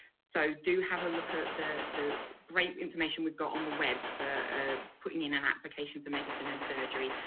so do have a look at the the great information we've got on the web for ah putting in an application for medicine and surgery,